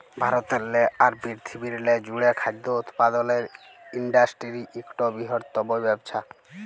ভারতেরলে আর পিরথিবিরলে জ্যুড়ে খাদ্য উৎপাদলের ইন্ডাসটিরি ইকট বিরহত্তম ব্যবসা